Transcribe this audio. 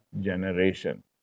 generation